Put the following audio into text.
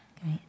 Okay